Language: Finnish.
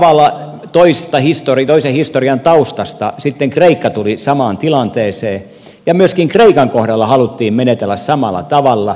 samalla tavalla toisen historian taustasta sitten kreikka tuli samaan tilanteeseen ja myöskin kreikan kohdalla haluttiin menetellä samalla tavalla